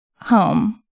home